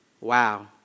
Wow